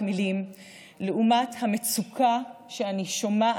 אני שואל